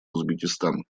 узбекистан